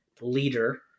leader